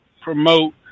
promote